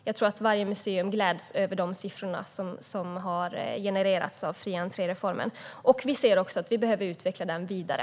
Jag tror att varje museum gläds åt de siffror som har genererats genom reformen med fri entré. Vi ser också att vi behöver utveckla den vidare.